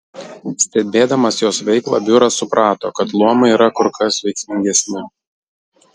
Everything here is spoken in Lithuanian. stebėdamas jos veiklą biuras suprato kad luomai yra kur kas veiksmingesni